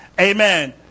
Amen